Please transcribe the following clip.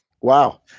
Wow